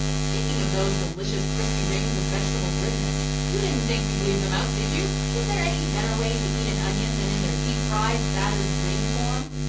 speaking of those delicious crispy rings of vegetable goodness, you didn't think we'd leave them out, did you? is there any better way to eat an onion than in their deep fried battered ring form?